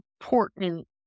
important